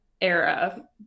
era